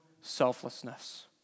selflessness